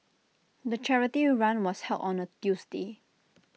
the charity run was held on A Tuesday